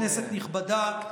כנסת נכבדה,